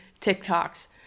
TikToks